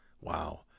Wow